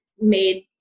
made